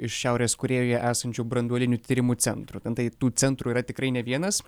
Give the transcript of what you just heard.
šiaurės korėjoje esančių branduolinių tyrimų centrų ten tai tų centrų yra tikrai ne vienas